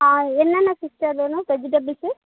ஆ என்னென்ன சிஸ்டர் வேணும் வெஜிடபிள்ஸ்ஸு